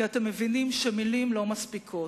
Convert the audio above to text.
כי אתם מבינים שמלים לא מספיקות,